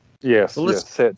Yes